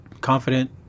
confident